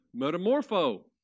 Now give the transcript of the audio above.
metamorpho